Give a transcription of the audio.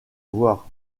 voir